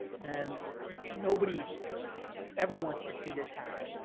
and nobody ever wants to see this happen,